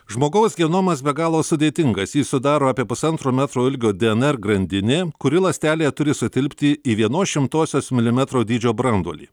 žmogaus genomas be galo sudėtingas jį sudaro apie pusantro metro ilgio dyener grandinė kuri ląstelėje turi sutilpti į vienos šimtosios milimetro dydžio branduolį